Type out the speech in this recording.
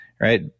right